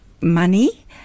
money